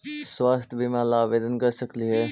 स्वास्थ्य बीमा ला आवेदन कर सकली हे?